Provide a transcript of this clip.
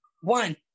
one